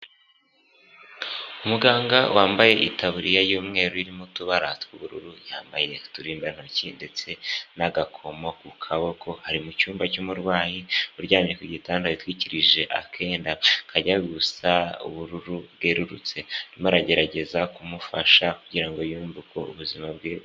Muganga wambaye itaburiya y'umweru irimo utubara tw'ubururu yambaye uturindantoki ndetse n'agakoma ku kaboko, ari mu cyumba cy'umurwayi uryamye ku gitanda yatwikirije akenda kajya gusa ubururu bwerurutse arimo aragerageza kumufasha kugira ngo yumve uko ubuzima bwe.